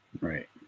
Right